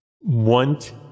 Want